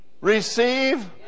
receive